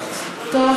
טוב.